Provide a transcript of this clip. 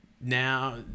now